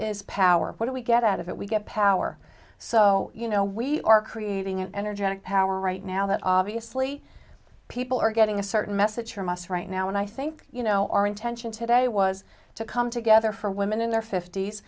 is power what do we get out of it we get power so you know we are creating an energetic power right now that obviously people are getting a certain message from us right now and i think you know our intention today was to come together for women in their fift